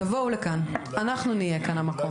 אנחנו נהיה כאן המקום.